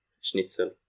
Schnitzel